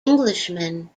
englishmen